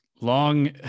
Long